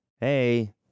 hey